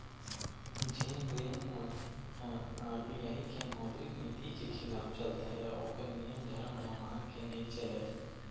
जेन बेंक मन ह आर.बी.आई के मौद्रिक नीति के खिलाफ चलथे या ओखर नियम धरम ल मान के नइ चलय